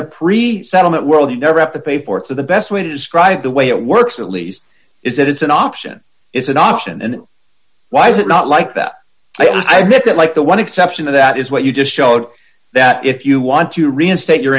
the pre settlement world you never have to pay for it so the best way to describe the way it works at least is that it's an option is an option and why is it not like that i think that like the one exception to that is what you just showed that if you want to reinstate your